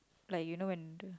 like you know when the